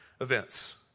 events